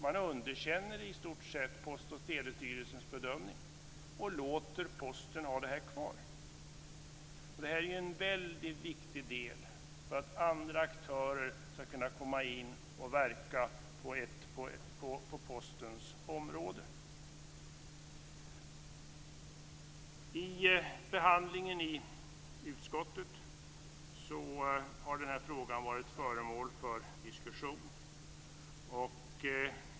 Man underkänner i stort sett Post och telestyrelsens bedömning och låter Posten ha kvar ansvaret för postnumren. Postnumren är väldigt viktiga för att andra aktörer skall kunna komma in och verka på Under behandlingen i utskottet har denna fråga varit föremål för diskussion.